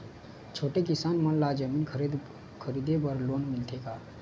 छोटे किसान मन ला जमीन खरीदे बर लोन मिलथे का?